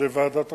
לוועדת החינוך.